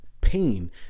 pain